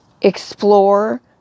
explore